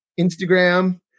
instagram